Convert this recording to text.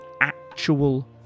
actual